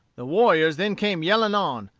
the warriors then came yelling on,